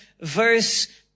verse